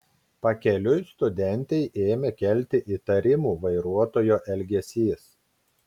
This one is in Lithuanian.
pakeliui studentei ėmė kelti įtarimų vairuotojo elgesys